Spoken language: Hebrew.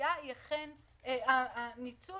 הניצול